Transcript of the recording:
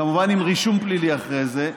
כמובן עם רישום פלילי אחרי זה,